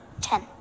Ten